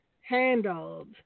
handled